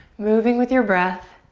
moving with your breath.